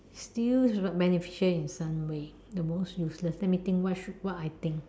still beneficial in some way the most useless let me think what should what I think